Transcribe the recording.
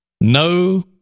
no